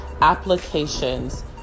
applications